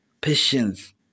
Patience